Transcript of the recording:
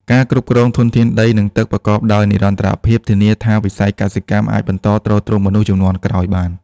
ការគ្រប់គ្រងធនធានដី និងទឹកប្រកបដោយនិរន្តរភាព ធានាថាវិស័យកសិកម្មអាចបន្តទ្រទ្រង់មនុស្សជំនាន់ក្រោយបាន។